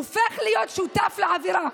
הופך להיות שותף לעבירה.